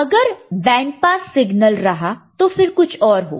अगर band pass signal रहा तो फिर कुछ और होगा